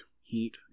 heat